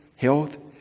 health,